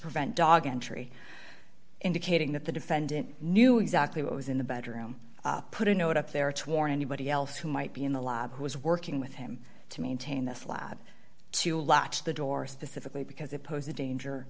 prevent dog entry indicating that the defendant knew exactly what was in the bedroom put a note up there to warn anybody else who might be in the lab who was working with him to maintain the slab to latch the door specifically because it posed a danger